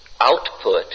output